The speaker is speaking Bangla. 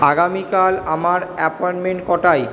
আগামীকাল আমার অ্যাপয়েন্টমেন্ট কটায়